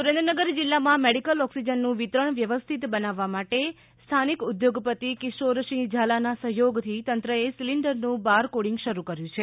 સુરેન્દ્રનગર જિલ્લામાં મેડિકલ ઑક્સીજનનું વિતરણ વ્યવસ્થિત બનાવવા માટે સ્થાનિક ઉદ્યોગપતિ કિશોરસિંહ ઝાલાના સહયોગથી તંત્રએ સીલિંદરનું બાર કોડીંગ શરૂ કર્યું છે